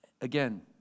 Again